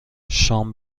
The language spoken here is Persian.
شام